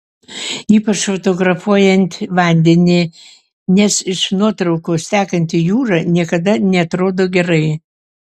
ypač fotografuojant vandenį nes iš nuotraukos tekanti jūra niekada neatrodo gerai